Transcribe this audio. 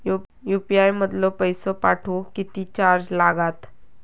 UPI मधलो पैसो पाठवुक किती चार्ज लागात?